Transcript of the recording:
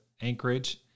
Anchorage